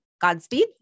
Godspeed